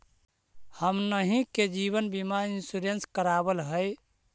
हमनहि के जिवन बिमा इंश्योरेंस करावल है?